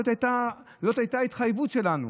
זאת הייתה ההתחייבות שלנו,